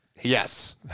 yes